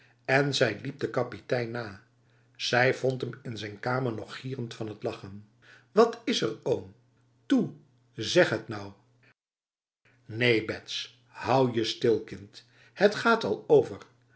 en zij liep de kapitein na zij vond hem in zijn kamer nog gierend van het lachen wat is er oom toe zeg het nou neen bets houd je stil kind het gaat al ovefl